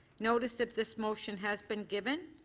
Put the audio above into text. notice of this motion has been given.